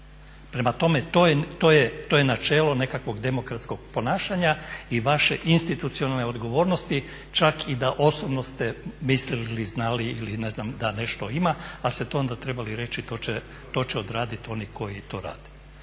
Prema tome to je, to je načelo nekakvog demokratskog ponašanja i vaše institucionalne odgovornosti čak i da osobno ste mislili, znali i ne znam da nešto ima, ali ste to onda trebali reći, to će odraditi oni koji to rade.